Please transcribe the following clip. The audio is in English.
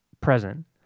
present